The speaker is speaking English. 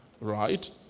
right